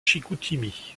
chicoutimi